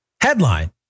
Headline